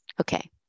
Okay